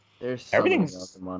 Everything's